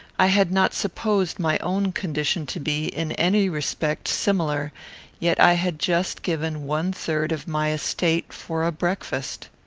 i had not supposed my own condition to be, in any respect, similar yet i had just given one-third of my estate for a breakfast.